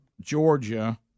Georgia